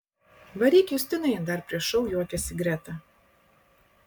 varyk justinai dar prieš šou juokėsi greta